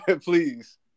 Please